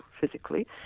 physically